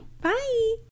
bye